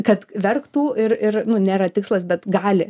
kad verktų ir ir nu nėra tikslas bet gali